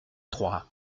trois